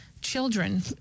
children